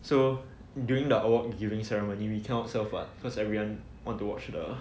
so during the award giving ceremony we cannot serve [what] because everyone want to watch the